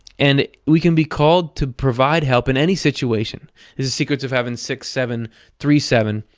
and we can be called to provide help in any situation. this is secrets of heaven six seven three seven.